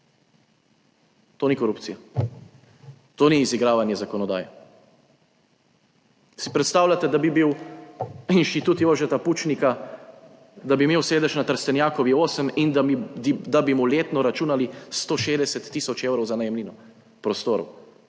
To ni korupcija? To ni izigravanje zakonodaje? Si predstavljate, da bi bil Inštitut Jožeta Pučnika, da bi imel sedež na Trstenjakovi 8 in da bi mu letno računali 160 tisoč evrov za najemnino prostorov.